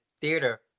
theater